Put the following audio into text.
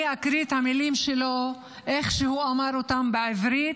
אני אקריא את המילים שלו כפי שהוא אמר אותם בעברית,